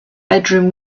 bedroom